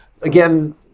again